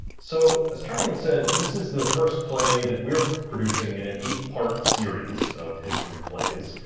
so as charlene said, this is the first play that we're producing in an eight part series of history plays,